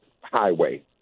highway